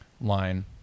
line